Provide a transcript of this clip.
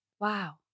Wow